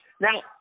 now